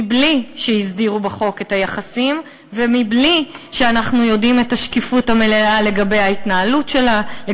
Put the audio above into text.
בלי שהסדירו בחוק את היחסים ובלי שקיפות מלאה של ההתנהלות שלה,